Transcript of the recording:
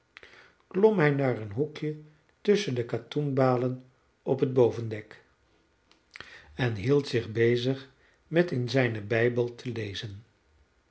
hij naar een hoekje tusschen de katoenbalen op het bovendek en hield zich bezig met in zijnen bijbel te lezen